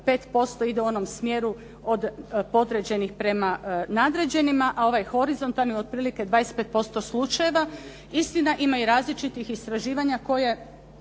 5% ide u onom smjeru od podređenih prema nadređenima, a ovaj horizontalni otprilike 25% slučajeva. Istina, ima i različitih istraživanja koja